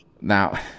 Now